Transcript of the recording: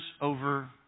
over